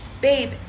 babe